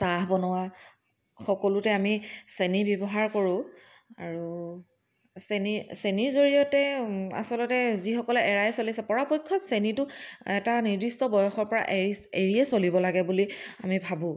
চাহ বনোৱা সকলোতে আমি চেনী ব্যৱহাৰ কৰোঁ আৰু চেনী চেনীৰ জৰিয়তে আচলতে যিসকলে এৰাই চলিছে পৰাপক্ষত চেনীটো এটা নিৰ্দিষ্ট বয়সৰ পৰা এৰি এৰিয়েই চলিব লাগে বুলি আমি ভাবোঁ